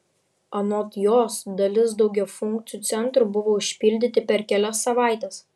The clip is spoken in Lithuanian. anot jos dalis daugiafunkcių centrų buvo užpildyti per kelias savaites